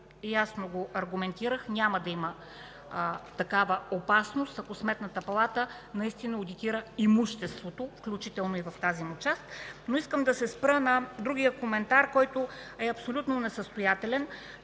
ясно го аргументирах – няма да има такава опасност, ако Сметната палата наистина одитира имуществото, включително и в тази му част. Искам да се спра на другия коментар, който е абсолютно несъстоятелен.